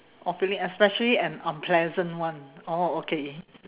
or feeling especially an unpleasant one orh okay